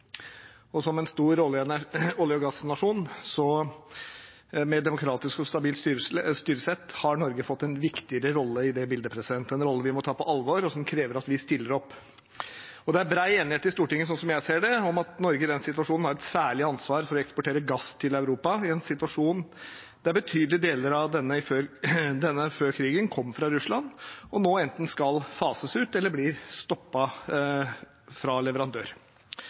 å gjøre en utfordrende energisituasjon i Europa enda vanskeligere. Som en stor olje- og gassnasjon med et demokratisk og stabilt styresett har Norge fått en viktigere rolle i det bildet, en rolle vi må ta på alvor, og som krever at vi stiller opp. Det er bred enighet i Stortinget, sånn som jeg ser det, om at Norge i den situasjonen har et særlig ansvar for å eksportere gass til Europa, i en situasjon der betydelige deler av denne før krigen kom fra Russland, og nå enten skal fases ut eller blir stoppet fra leverandør.